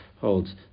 holds